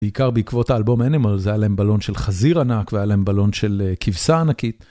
בעיקר בעקבות האלבום animal זה היה להם בלון של חזיר ענק והיה להם בלון של כבשה ענקית.